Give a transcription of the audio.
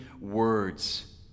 words